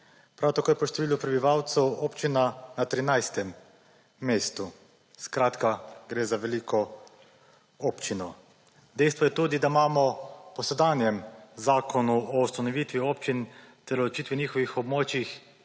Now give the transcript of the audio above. Prav tako je po številu prebivalcev občina na 13. mestu. Skratka, gre za veliko občino. Dejstvo je tudi, da imamo po sedanjem zakonu o ustanoviti občin ter o določitvi njihovih območjih